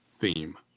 theme